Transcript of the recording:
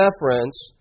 reference